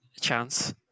chance